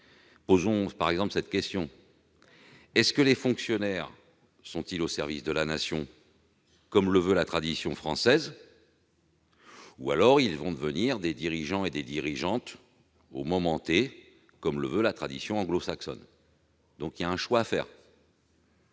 Posons par exemple cette question : les fonctionnaires sont-ils au service de la Nation, comme le veut la tradition française, ou vont-ils devenir des dirigeants au moment, comme le veut la tradition anglo-saxonne ? Il y a un choix à faire.